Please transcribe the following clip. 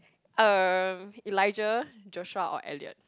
uh Elijah Joshua or Elliot